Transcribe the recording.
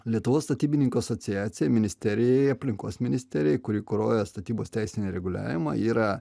lietuvos statybininkų asociacija ministerijai aplinkos ministerijai kuri kuruoja statybos teisinį reguliavimą yra